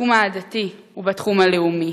בתחום העדתי ובתחום הלאומי.